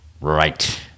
Right